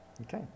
Okay